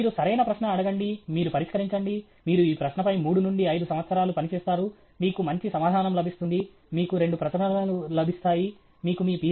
మీరు సరైన ప్రశ్న అడగండి మీరు పరిష్కరించండి మీరు ఈ ప్రశ్నపై మూడు నుండి ఐదు సంవత్సరాలు పని చేస్తారు మీకు మంచి సమాధానం లభిస్తుంది మీకు రెండు ప్రచురణలు లభిస్తాయి మీకు మీ Ph